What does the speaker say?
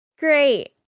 Great